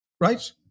right